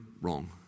Wrong